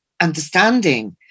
understanding